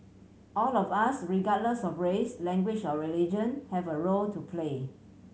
all of us regardless of race language or religion have a role to play